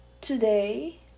today